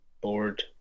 board